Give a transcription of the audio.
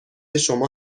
شما